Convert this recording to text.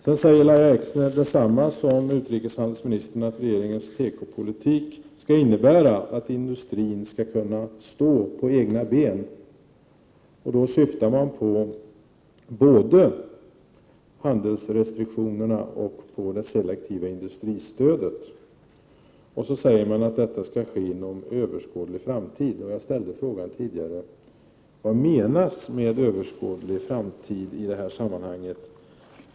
Lahja Exner säger detsamma som utrikeshandelsministern, att regeringens tekopolitik skall innebära att industrin skall kunna stå på egna ben. Man syftar då både på handelsrestriktionerna och på det selektiva industristödet och säger att detta skall ta sin början inom överskådlig framtid. Jag frågade tidigare: Vad menas med ”överskådlig framtid” i det här sammanhanget?